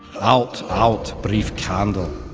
out, out, brief candle!